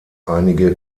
einige